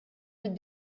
with